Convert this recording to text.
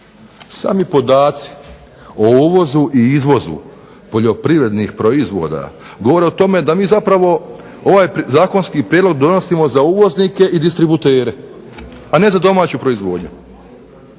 Sami podaci o uvozu i izvozu poljoprivrednih proizvoda govore o tome da mi zapravo ovaj zakonski prijedlog donosimo za uvoznike i distributere, a ne za domaću proizvodnju.